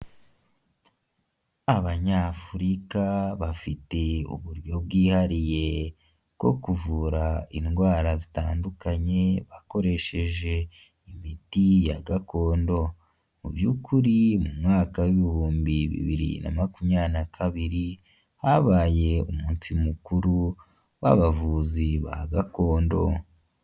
Abanyafurika bafite uburyo bwihariye bwo kuvura indwara zitandukanye bakoresheje imiti ya gakondo, mu by'ukuri mu mwaka w'ibihumbi bibiri na makumyabiri na kabiri habaye umunsi mukuru w'abavuzi ba gakondo.